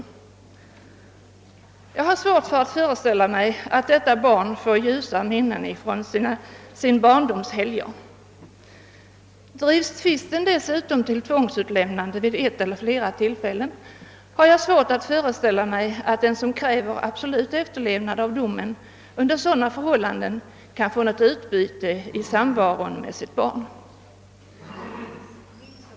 Jag har svårt att föreställa mig att detta barn får några ljusa minnen från sin barndoms helger! Drivs tvisten dessutom till tvångsutlämnande vid ett eller flera tillfällen, kan jag inte föreställa mig att den som kräver absolut efterlevnad av domen under dessa förhållanden kan få något utbyte av samvaron med sitt barn.